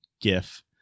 gif